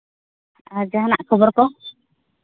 ᱟᱨ ᱡᱟᱦᱟᱱᱟᱜ ᱠᱷᱚᱵᱚᱨ ᱠᱚ